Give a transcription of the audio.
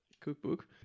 cookbook